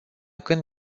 când